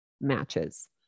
matches